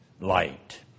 light